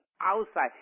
outside